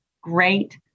great